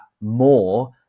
more